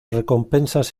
recompensas